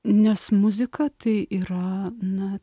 nes muzika tai yra na